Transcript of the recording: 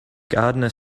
gardner